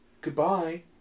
Goodbye